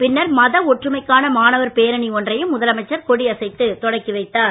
பின்னர் மத ஒற்றுமைக்கான மாணவர் பேரணி ஒன்றையும் முதலமைச்சர் கொடி அசைத்து தொடக்கி வைத்தார்